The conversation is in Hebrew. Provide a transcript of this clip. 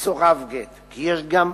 ומסורב גט, כי יש גם